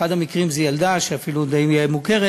אחד המקרים זה של ילדה אפילו די מוכרת,